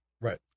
Right